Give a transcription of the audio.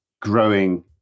growing